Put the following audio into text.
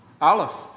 Aleph